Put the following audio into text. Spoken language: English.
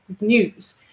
news